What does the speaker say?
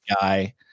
guy